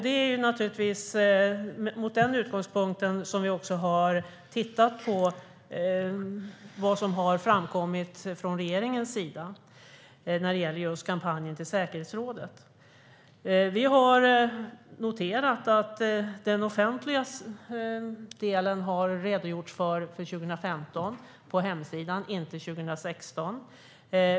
Det är naturligtvis från den utgångspunkten som vi har tittat på vad som har framkommit från regeringens sida när det gäller säkerhetsrådskampanjen. Vi har noterat att det har redogjorts på hemsidan för den offentliga delen för 2015 men inte för 2016.